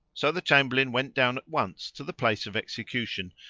so the chamberlain went down at once to the place of execution,